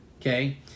Okay